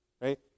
Right